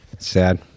Sad